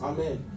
Amen